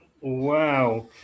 wow